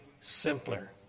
simpler